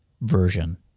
version